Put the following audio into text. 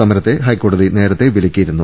സമരത്തെ ഹൈക്കോടതി നേരത്തെ വിലക്കിയിരുന്നു